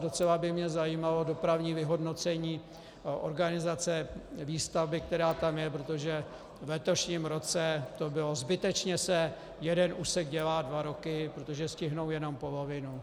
A docela by mě zajímalo dopravní vyhodnocení organizace výstavby, která tam je, protože v letošním roce to bylo..., zbytečně se jeden úsek dělá dva roky, protože stihnou jenom polovinu.